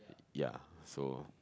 ya so